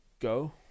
go